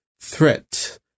threat